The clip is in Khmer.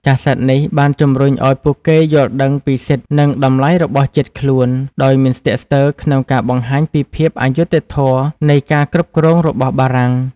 កាសែតនេះបានជំរុញឱ្យពួកគេយល់ដឹងពីសិទ្ធិ និងតម្លៃរបស់ជាតិខ្លួន ដោយមិនស្ទាក់ស្ទើរក្នុងការបង្ហាញពីភាពអយុត្តិធម៌នៃការគ្រប់គ្រងរបស់បារាំង។